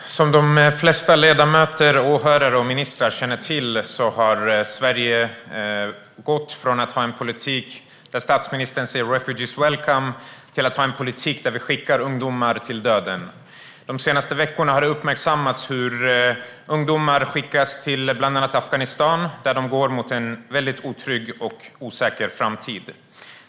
Herr talman! Som de flesta ledamöter, åhörare och ministrar känner till har Sverige gått från att föra en politik där statsministern deltar i Refugees Welcome till att föra en politik där vi skickar ungdomar till döden. De senaste veckorna har det uppmärksammats hur ungdomar skickas till bland annat Afghanistan, där de går mot en otrygg och osäker framtid.